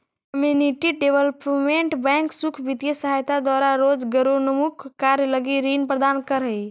community development bank सुख वित्तीय सहायता द्वारा रोजगारोन्मुख कार्य लगी ऋण प्रदान करऽ हइ